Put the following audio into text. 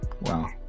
Wow